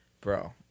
bro